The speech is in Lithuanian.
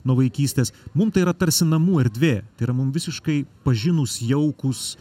nuo vaikystės mum tai yra tarsi namų erdvė tai yra mum visiškai pažinūs jaukūs